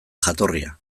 jatorria